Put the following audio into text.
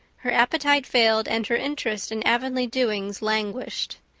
her appetite failed and her interest in avonlea doings languished.